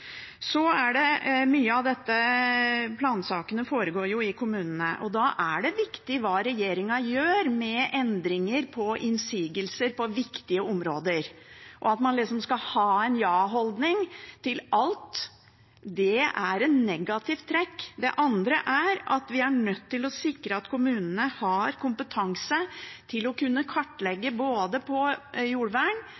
Plansakene foregår i kommunene. Da er det viktig hva regjeringen gjør med endringer på innsigelser på viktige områder. At man skal ha en ja-holdning til alt, er et negativt trekk. Vi er nødt til å sikre at kommunene har kompetanse til å kunne